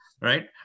right